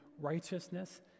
righteousness